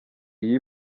iyo